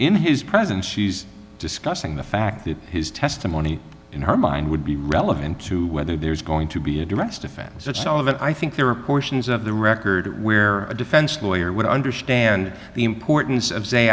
in his presence she's discussing the fact that his testimony in her mind would be relevant to whether there's going to be addressed defense that's all of it i think there are portions of the record where a defense lawyer would understand the importance of say